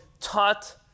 taught